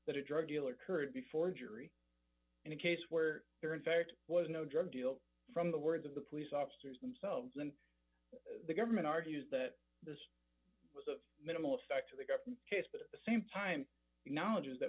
that a drug dealer curd be forgery in a case where there in fact was no drug deal from the words of the police officers themselves and the government argues that this was a minimal effect of the government's case but at the same time knowledge is that